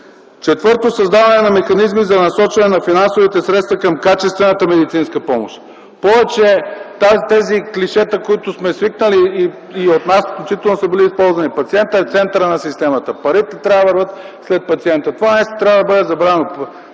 Четвърто, създаване на механизми за насочване на финансовите средства към качествената медицинска помощ. Повече тези клишета, включително и от нас са били използвани – пациентът е центърът на системата, парите трябва да вървят към пациента – това нещо трябва да бъде забравено.